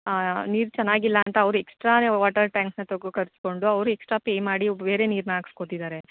ಹಾಂ ನೀರು ಚೆನ್ನಾಗಿಲ್ಲ ಅಂತ ಅವ್ರು ಎಕ್ಸ್ಟ್ರಾನೆ ವಾಟರ್ ಟ್ಯಾಂಕ್ನ ತಗೋ ಕರೆಸ್ಕೊಂಡು ಅವ್ರು ಎಕ್ಸ್ಟ್ರ ಪೇ ಮಾಡಿ ಬೇರೆ ನೀರನ್ನ ಹಾಕ್ಸ್ಕೊತಿದಾರೆ